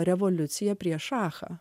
revoliuciją prieš šachą